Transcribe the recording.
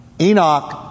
Enoch